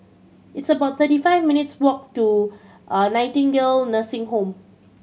it's about thirty five minutes' walk to Nightingale Nursing Home